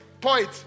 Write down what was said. point